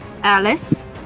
Alice